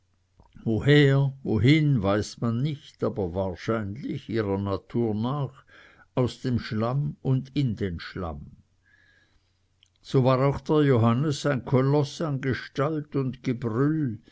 woher wohin weiß man nicht aber wahrscheinlich ihrer natur nach aus dem schlamm und in den schlamm so war auch der johannes ein koloß an gestalt und gebrüll